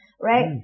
right